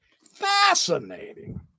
Fascinating